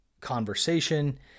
conversation